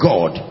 God